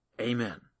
Amen